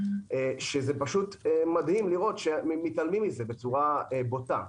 שפשוט מדהים לראות שמתעלמים מזה בצורה בוטה.